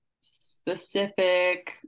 specific